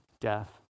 death